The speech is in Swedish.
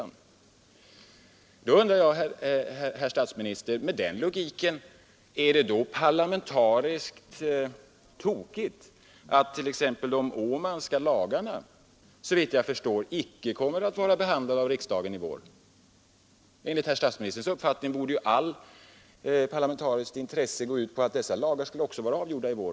Nu undrar jag, herr statsminister: Är det inte med den logiken parlamentariskt tokigt att t.ex. de Åmanska lagarna, såvitt jag förstår, icke kommer att bli behandlade av riksdagen i vår? Enligt statsministerns uppfattning borde väl det parlamentariska intresset fordra att även dessa lagar skulle vara behandlade i riksdagen i vår.